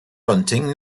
bunting